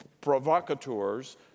provocateurs